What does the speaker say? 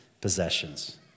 possessions